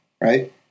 right